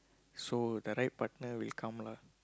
so the right partner will come lah